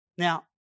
Now